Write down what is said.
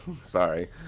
sorry